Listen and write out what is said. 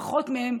פחות מהם,